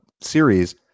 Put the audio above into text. series